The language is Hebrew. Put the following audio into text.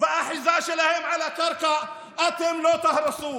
ואת האחיזה שלהם בקרקע אתם לא תהרסו.